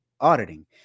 auditing